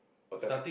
what time